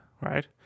right